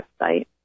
website